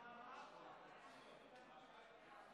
תודה רבה,